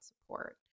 support